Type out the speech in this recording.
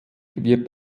wird